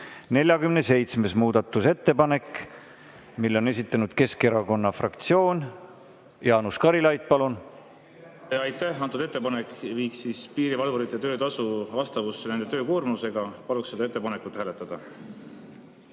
47. muudatusettepanek. Selle on esitanud [Eesti] Keskerakonna fraktsioon. Jaanus Karilaid, palun! Aitäh! Antud ettepanek viiks piirivalvurite töötasu vastavusse nende töökoormusega. Paluks seda ettepanekut hääletada.